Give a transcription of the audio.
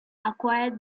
acquired